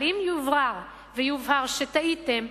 אבל אם יוברר ויובהר שטעיתם,